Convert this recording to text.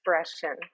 expression